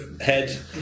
head